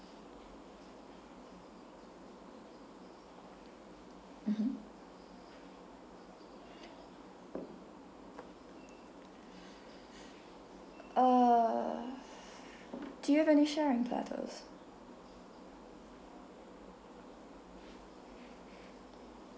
mmhmm uh do you have any sharing platters